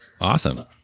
awesome